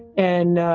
and,